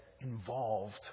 involved